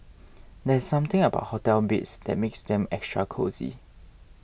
there's something about hotel beds that makes them extra cosy